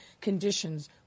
conditions